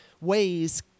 ways